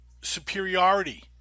superiority